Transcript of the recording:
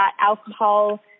Alcohol